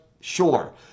sure